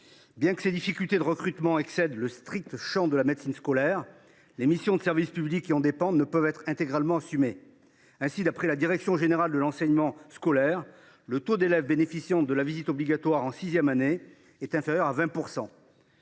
Bien que ces difficultés de recrutement excèdent le strict champ de la médecine scolaire, les missions de service public qui en dépendent ne peuvent être intégralement assumées. Ainsi, d’après la direction générale de l’enseignement scolaire (Dgesco), le taux d’élèves bénéficiant de la visite obligatoire en sixième année est inférieur à 20 %.